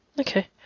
Okay